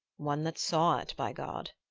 one that saw it, by god!